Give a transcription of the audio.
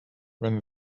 when